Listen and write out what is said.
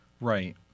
Right